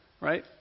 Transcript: Right